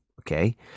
okay